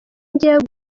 njyewe